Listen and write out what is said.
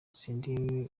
sindi